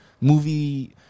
movie